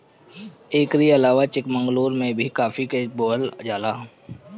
एकरी अलावा चिकमंगलूर में भी काफी के बोअल जाला